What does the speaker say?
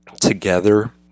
together